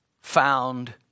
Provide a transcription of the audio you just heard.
found